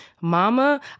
Mama